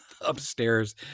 upstairs